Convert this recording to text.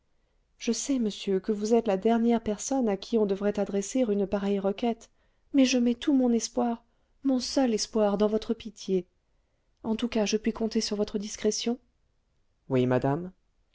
je sais monsieur que vous êtes la dernière personne à qui on devrait adresser une pareille requête mais je mets tout mon espoir mon seul espoir dans votre pitié en tout cas je puis compter sur votre discrétion oui madame